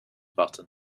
button